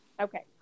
Okay